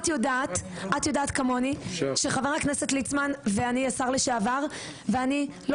את יודעת כמוני שחבר הכנסת ליצמן השר לשעבר ואני לא